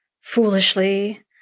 Foolishly